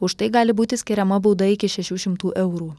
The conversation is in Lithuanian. už tai gali būti skiriama bauda iki šešių šimtų eurų